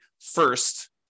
first